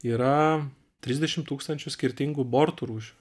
yra trisdešim tūkstančių skirtingų bortų rūšių